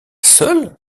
seul